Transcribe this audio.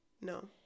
No